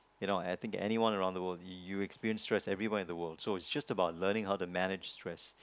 you know I think anyone around the world you'll experience stress everyone in the world so it's just about learning how to manage stress